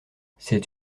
cette